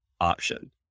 option